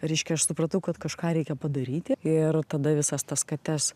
reiškia aš supratau kad kažką reikia padaryti ir tada visas tas kates